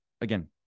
again